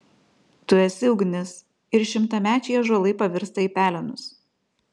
tu esi ugnis ir šimtamečiai ąžuolai pavirsta į pelenus